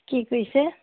কি কৰিছে